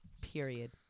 Period